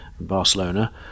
Barcelona